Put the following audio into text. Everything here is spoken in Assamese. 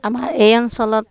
আমাৰ এই অঞ্চলত